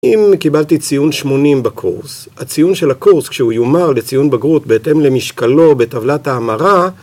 אם קיבלתי ציון 80 בקורס, הציון של הקורס כשהוא יומר לציון בגרות בהתאם למשקלו בטבלת ההמרה